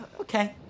okay